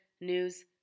news